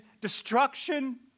destruction